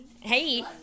Hey